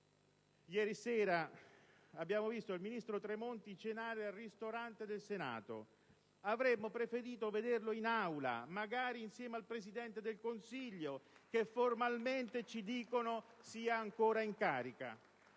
Ieri sera abbiamo visto il ministro Tremonti cenare al ristorante del Senato: avremmo preferito vederlo in Aula, magari insieme al Presidente del Consiglio, che formalmente ci dicono sia ancora in carica.